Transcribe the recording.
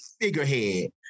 figurehead